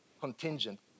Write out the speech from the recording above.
contingent